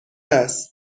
است